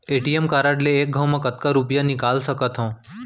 ATM card ले एक घव म कतका रुपिया निकाल सकथव?